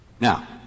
Now